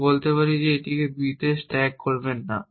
আমি বলতে পারি এটিকে b তে স্ট্যাক করবেন না